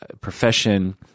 profession